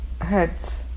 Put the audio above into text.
heads